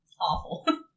awful